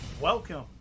Welcome